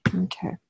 Okay